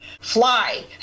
fly